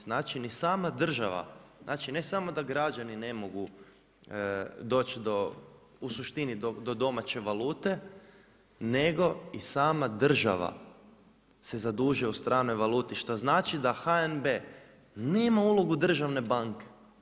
Znači ni sama država, znači ne samo da građani ne mogu doći u suštini do domaće valute nego i sama država se zadužuje u stranoj valuti što znači da HNB nema ulogu državne banke.